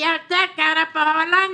ילדה גרה בהולנד,